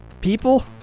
people